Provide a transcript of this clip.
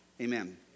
Amen